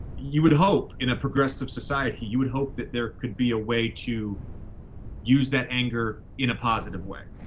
you would hope in a progressive society, you would hope that there could be a way to use that anger in a positive way.